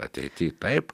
ateity taip